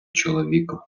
чоловік